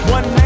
One